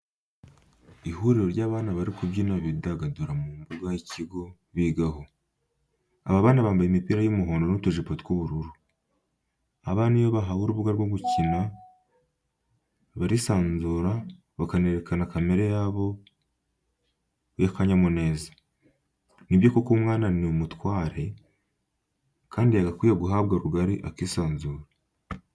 Ihuriro ry'abana bari kubyina bidagadura mu mbuga y'ikigo bigaho. Aba bana bambaye imipira y'umuhondo n'utujipo tw'ubururu. Abana iyo bahawe urubuga rwo gukina, barisanzura bakerekana kamere yabo y'akanyamuneza, ni byo koko umwana ni umutware, yagakwiye guhabwa rugari akisanzura.